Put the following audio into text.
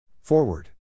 Forward